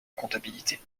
comptabilité